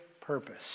purpose